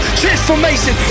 transformation